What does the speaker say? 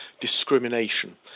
discrimination